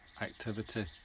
activity